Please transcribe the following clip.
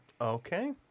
Okay